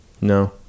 No